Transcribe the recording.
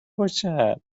باشن